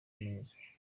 neza